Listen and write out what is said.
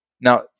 Now